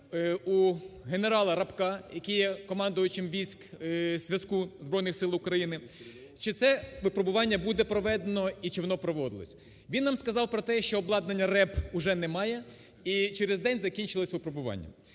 у генерала Рапка, який є командувачем військ зв'язку Збройних Сил України, чи це випробування буде проведено і чи воно проводилось. Він нам сказав про те, що обладнання РЕП уже немає, і через день закінчилось випробування.